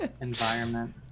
Environment